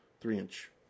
three-inch